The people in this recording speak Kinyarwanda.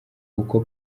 uko